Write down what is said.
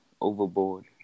overboard